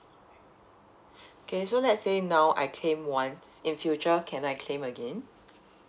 okay so let's say now I claim once in future can I claim again